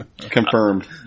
Confirmed